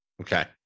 Okay